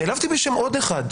נעלבתי בשם עוד אחד,